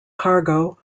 cargo